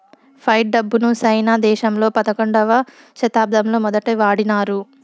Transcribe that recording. fight డబ్బును సైనా దేశంలో పదకొండవ శతాబ్దంలో మొదటి వాడినారు